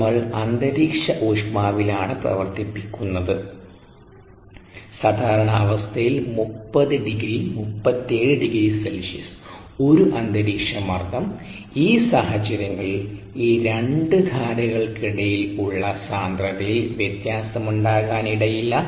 നമ്മൾ അന്തരീക്ഷ ഊഷ്മാവിലാണ് പ്രവർത്തിപ്പിക്കുന്നത് സാധാരണ അവസ്ഥയിൽ 30 ഡിഗ്രി 37 ഡിഗ്രി സെൽഷ്യസ് ഒരു അന്തരീക്ഷമർദ്ദം ഈ സാഹചര്യങ്ങളിൽ ഈ രണ്ട് ധാരകൾക്കിടയിൽ ഉള്ള സാന്ദ്രതയിൽ വ്യത്യാസം ഉണ്ടാകാനിടയില്ല